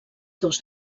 dos